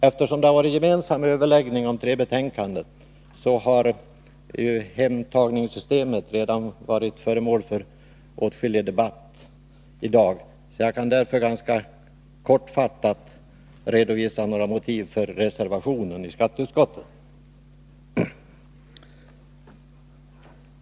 Eftersom det har varit en gemensam överläggning om tre betänkanden, har hemtagningssystemet redan varit föremål för åtskillig debatt i dag. Jag kan därför ganska kortfattat redovisa några motiv för reservationen vid skatteutskottets betänkande.